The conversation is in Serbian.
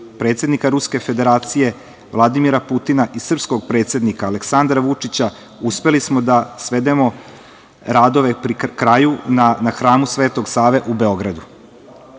predsednika Ruske Federacije, Vladimira Putina i srpskog predsednika Aleksandra Vučića, uspeli smo da svedemo radove pri kraju na hramu Svetog Save u Beogradu. Ni